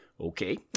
Okay